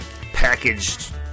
packaged